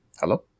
Hello